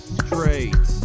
straight